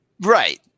Right